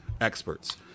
experts